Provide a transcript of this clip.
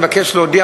אני מבקש להודיע,